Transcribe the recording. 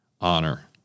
honor